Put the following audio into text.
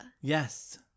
Yes